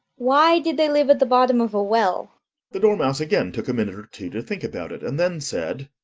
why did they live at the bottom of a well the dormouse again took a minute or two to think about it, and then said,